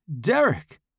Derek